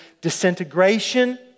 disintegration